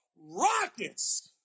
rockets